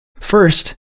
First